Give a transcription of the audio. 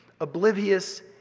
oblivious